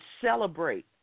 celebrate